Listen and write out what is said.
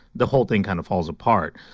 the whole thing kind of falls apart.